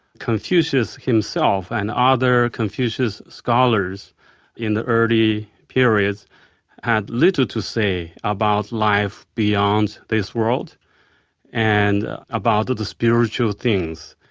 confucius himself and other confucius scholars in the early periods had little to say about life beyond this world and about ah the spiritual things.